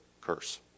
curse